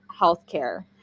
healthcare